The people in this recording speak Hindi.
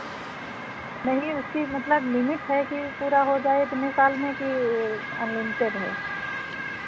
नहीं उसकी मतलब लिमिट है कि पूरा हो जाए इतने साल में कि अनलिमटेड है